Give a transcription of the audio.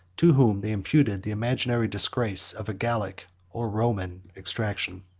to whom they imputed the imaginary disgrace of gallic or roman extraction.